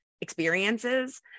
experiences